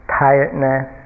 tiredness